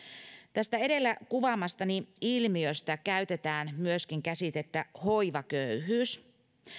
tästä edellä kuvaamastani ilmiöstä käytetään myöskin käsitettä hoivaköyhyys